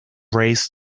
race